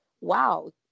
wow